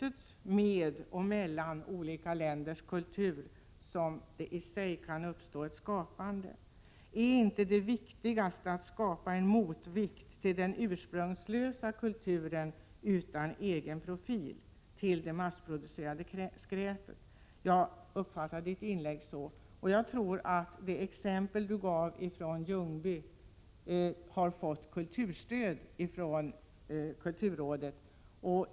1986/87:100 mellan olika länders kultur som det i sig kan uppstå ett skapande? Är det inte — 2 april 1987 viktigast att skapa en motvikt till den ursprungslösa kulturen utan egen profil, en motvikt till det massproducerade skräpet? Jag uppfattade Alexander Chrisopoulos inlägg så. Jag tror att det exempel som han gav från Ljungby har fått kulturstöd från kulturrådet.